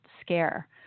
scare